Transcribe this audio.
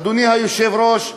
אדוני היושב-ראש,